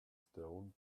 stone